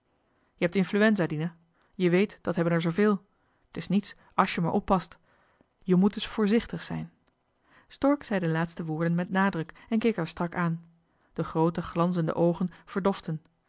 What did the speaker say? je hebt influenza dina je weet dat hebben er zooveel t is niets àls je maar oppast je moet dus voorzichtig zijn stork zei de laatste woorden met nadruk en keek haar strak aan de groote glanzende oogen verdoften